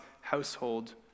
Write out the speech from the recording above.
household